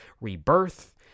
Rebirth